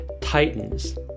titans